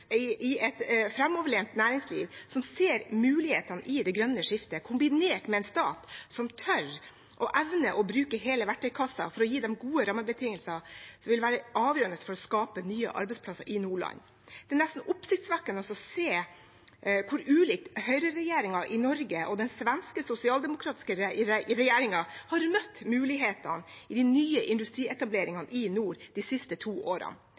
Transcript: et framoverlent næringsliv som ser mulighetene i det grønne skiftet, kombinert med en stat som tør og evner å bruke hele verktøykassen for å gi dem gode rammebetingelser, vil være avgjørende for å skape nye arbeidsplasser i Nordland. Det er nesten oppsiktsvekkende å se hvor ulikt høyreregjeringen i Norge og den svenske sosialdemokratiske regjeringen har møtt mulighetene i de nye industrietableringene i nord de siste to årene.